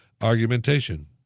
argumentation